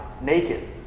naked